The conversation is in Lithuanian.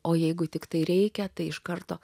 o jeigu tiktai reikia tai iš karto